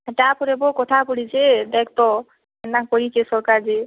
ଏଁ ତାପରେ ବୋ କଥା ପଡ଼ିଛେ ଦେଖ୍ତ ଏନ୍ତା କରିଛେ ସରକାର୍ ଯେ